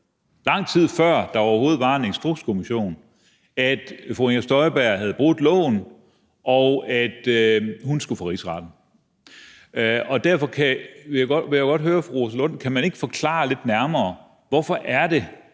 lang tid før der overhovedet var en instrukskommission, at fru Inger Støjberg havde brudt loven, og at hun skulle for Rigsretten. Derfor vil jeg godt høre fru Rosa Lund: Kan man ikke forklare lidt nærmere, hvorfor der er